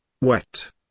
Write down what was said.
wet